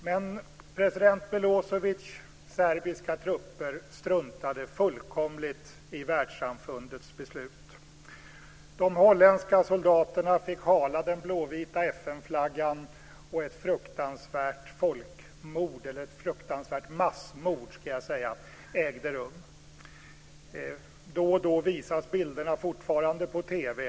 Men president Milosevic serbiska trupper struntade fullkomligt i världssamfundets beslut. De holländska soldaterna fick hala den blåvita FN-flaggan, och ett fruktansvärt folkmord - massmord - ägde rum. Då och då visas fortfarande bilderna på TV.